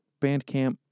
Bandcamp